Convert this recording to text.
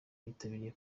bitabiriye